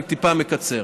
אני טיפה מקצר.